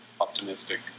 optimistic